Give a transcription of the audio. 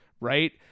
right